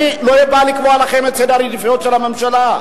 אני לא בא לקבוע לכם את סדר העדיפויות של הממשלה.